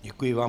Děkuji vám.